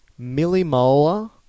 millimolar